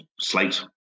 slate